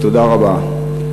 תודה רבה.